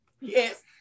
Yes